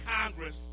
Congress